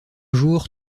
jour